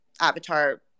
avatar